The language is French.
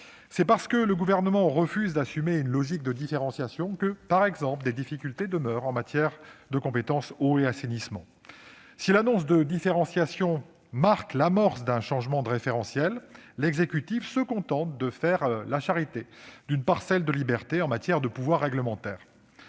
C'est parce que le Gouvernement refuse d'assumer une véritable logique de différenciation que des difficultés demeurent, par exemple avec la compétence « eau et assainissement ». Ainsi, si l'annonce d'une différenciation marque l'amorce d'un changement de référentiel, l'exécutif se contente de faire la charité d'une parcelle de liberté en matière de pouvoir réglementaire